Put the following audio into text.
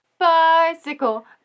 Bicycle